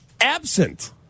absent